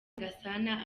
gasana